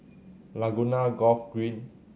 Laguna Golf Green